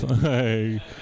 Hey